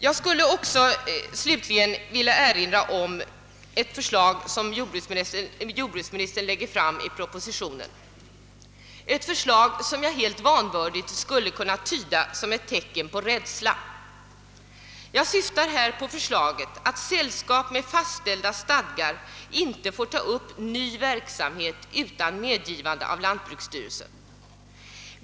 Jag skulle också slutligen vilja erinra om ett förslag som jordbruksministern lägger fram i propositionen, ett förslag som jag helt vanvördigt skulle kunna tyda som ett tecken på rädsla. Jag syftar här på förslaget att sällskap med fastställda stadgar inte får ta upp ny verksamhet utan medgivande av lantbruksstyrelsen.